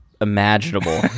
imaginable